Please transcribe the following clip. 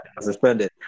Suspended